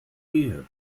gehe